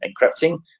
Encrypting